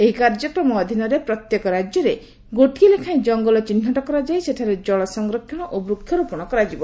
ଏହି କାର୍ଯ୍ୟକ୍ରମ ଅଧୀନରେ ପ୍ରତ୍ୟେକ ରାଜ୍ୟରେ ଗୋଟିଏ ଲେଖାଏଁ ଜଙ୍ଗଲ ଚିହ୍ନଟ କରାଯାଇ ସେଠାରେ ଜଳ ସଂରକ୍ଷଣ ଓ ବୃକ୍ଷରୋପଣ କରାଯିବ